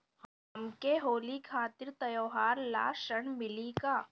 हमके होली खातिर त्योहार ला ऋण मिली का?